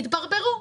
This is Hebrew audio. התברברו,